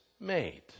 made